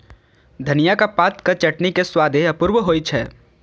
धनियाक पातक चटनी के स्वादे अपूर्व होइ छै